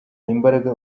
imbaraga